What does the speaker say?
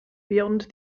beyond